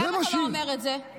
למה אתה לא אומר את זה?